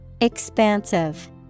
Expansive